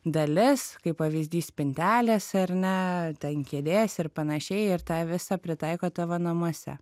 dalis kaip pavyzdys spintelės ar ne ten kėdės ir panašiai ir tą visą pritaiko tavo namuose